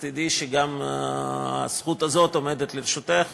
אז תדעי שגם הזכות הזאת עומדת לרשותך,